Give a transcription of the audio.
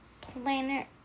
Planet